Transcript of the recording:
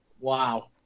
Wow